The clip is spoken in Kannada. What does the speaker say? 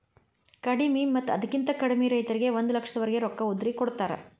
ಕಡಿಮಿ ಮತ್ತ ಅದಕ್ಕಿಂತ ಕಡಿಮೆ ರೈತರಿಗೆ ಒಂದ ಲಕ್ಷದವರೆಗೆ ರೊಕ್ಕ ಉದ್ರಿ ಕೊಡತಾರ